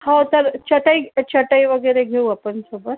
हो तर चटई चटई वगैरे घेऊ आपण सोबत